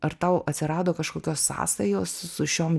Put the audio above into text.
ar tau atsirado kažkokios sąsajos su šiom